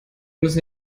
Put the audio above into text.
müssen